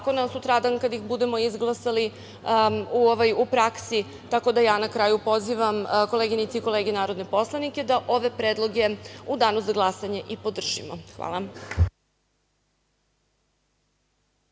zakona sutradan kada ih budemo izglasali, u praksi. Tako da ja na kraju pozivam koleginice i kolege narodne poslanike da ove predloge u danu za glasanje i podržimo. Hvala.